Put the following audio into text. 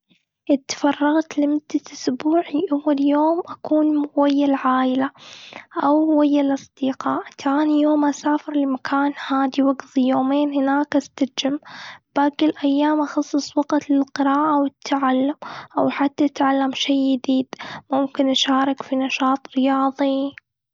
إذا تفرغت لمدة أسبوع، أول يوم أكون ويا العائلة أو ويا الأصدقاء. ثاني يوم أسافر لمكان هادي، وأقضي يومين هناك أستجم. باقي الأيام أخصص وقت للقراءة أو التعلم أو حتى أتعلم شيء جديد، ممكن أشارك في نشاط رياضي.